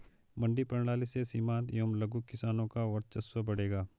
मंडी प्रणाली से सीमांत एवं लघु किसानों का वर्चस्व बढ़ेगा